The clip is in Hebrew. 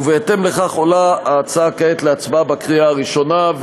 ובהתאם לכך היא עולה כעת להצבעה בקריאה ראשונה.